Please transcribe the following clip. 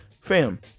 fam